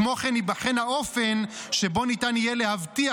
כמו כן ייבחן האופן שבו ניתן יהיה להבטיח